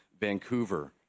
Vancouver